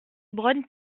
braun